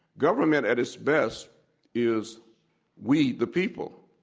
government at its best is we, the people.